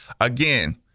Again